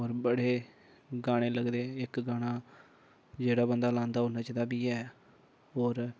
होर बड़े गाने लगदे इक गाना जेह्ड़ा बंदा लांदा ओह् नचदा बी ऐ होर